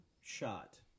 shot